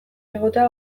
egotea